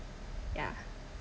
yeah